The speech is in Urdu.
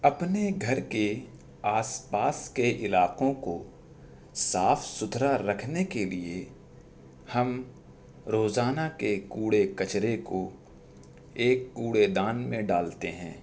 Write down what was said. اپنے گھر کے آس پاس کے علاقوں کو صاف ستھرا رکھنے کے لیے ہم روزانہ کے کوڑے کچرے کو ایک کوڑے دان میں ڈالتے ہیں